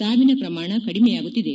ಸಾವಿನ ಪ್ರಮಾಣ ಕಡಿಮೆಯಾಗುತ್ತಿದೆ